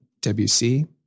WC